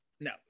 no